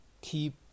keep